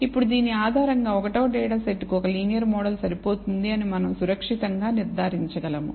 ఇప్పుడు దీని ఆధారంగా 1 వ డేటా సెట్ కు ఒక లీనియర్ మోడల్ సరిపోతుందని మనం సురక్షితంగా నిర్ధారించగలము